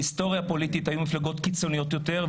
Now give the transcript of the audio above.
בהיסטוריה פוליטית היו מפלגות קיצוניות יותר,